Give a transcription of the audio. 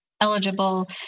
eligible